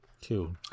Two